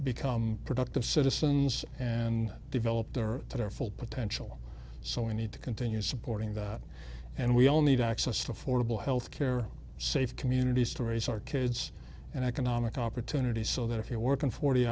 become productive citizens and develop their to their full potential so we need to continue supporting that and we all need access to affordable health care safe community stories our kids and economic opportunity so that if you're working forty